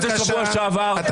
הם